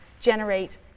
generate